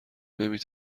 نمی